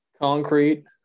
Concrete